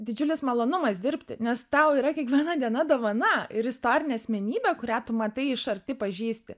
didžiulis malonumas dirbti nes tau yra kiekviena diena dovana ir istorinė asmenybė kurią tu matai iš arti pažįsti